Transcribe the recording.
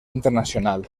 internacional